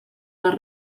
les